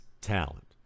talent